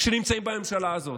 שנמצאים בממשלה הזאת.